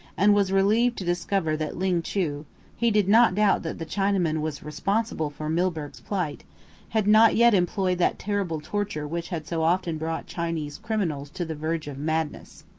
and was relieved to discover that ling chu he did not doubt that the chinaman was responsible for milburgh's plight had not yet employed that terrible torture which had so often brought chinese criminals to the verge of madness.